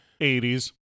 80s